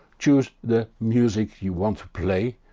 choose the music you want to play